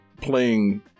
playing